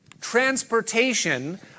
transportation